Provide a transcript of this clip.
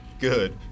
good